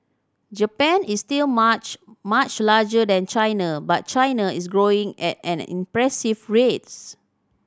Japan is still much much larger than China but China is growing at an impressive rates